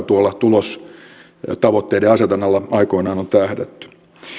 tuolla tulostavoitteiden asetannalla aikoinaan on tähdätty